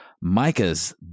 micah's